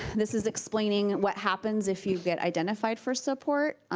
this is explaining what happens if you get identified for support.